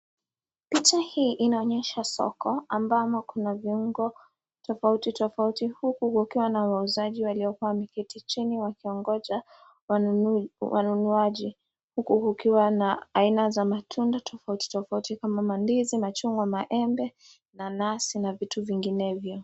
Picha hii inaonyesha soko ambamo kuna viungo tofauti tofauti huku kukiwa na wauzaji waliokua wameketi chini wakiongoja wanunuaji huku kukiwa na aina za matunda tofauti tofauti kama mandizi, machungwa, maembe, nanazi na vitu zinginevyo.